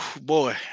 boy